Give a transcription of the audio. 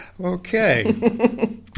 Okay